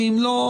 ואם לא,